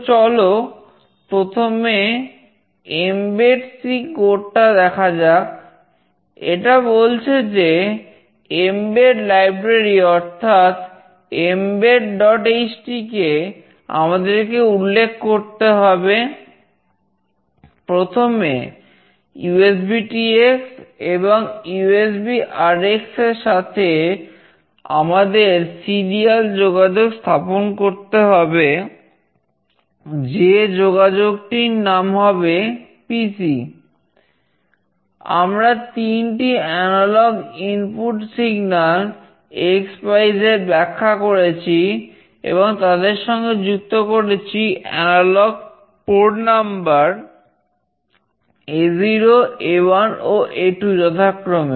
তো চলো প্রথমেmbed C কোড পিনগুলির সাথে যুক্ত হবে